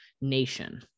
nation